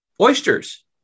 oysters